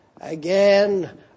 again